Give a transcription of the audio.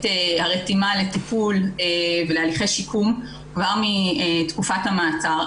הרתימה לטיפול ולהליכי שיקום כבר מתקופת המעצר,